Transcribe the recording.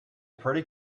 pretty